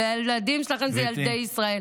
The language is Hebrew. והילדים שלכם הם ילדי ישראל,